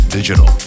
Digital